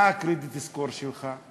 מה ה-credit score שלך?